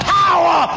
power